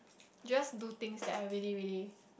just do things that I really really